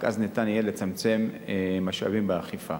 רק אז ניתן יהיה לצמצם משאבים באכיפה.